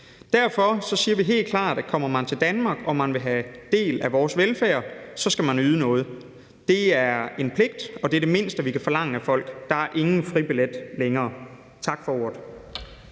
Derfor siger vi helt klart, at kommer man til Danmark og vil have del i vores velfærd, skal man yde noget. Det er en pligt, og det er det mindste, vi kan forlange af folk. Der er ingen fribillet længere. Tak for ordet.